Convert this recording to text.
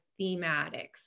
thematics